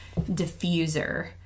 diffuser